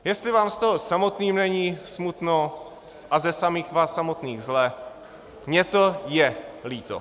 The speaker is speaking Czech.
Jestli vám z toho samotným není smutno a ze samých vás samotných zle, mně to je líto.